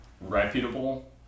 reputable